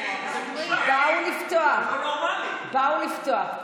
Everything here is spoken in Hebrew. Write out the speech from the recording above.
באו לפתוח.